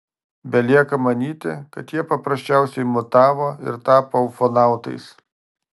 belieka manyti kad jie paprasčiausiai mutavo ir tapo ufonautais